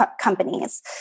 companies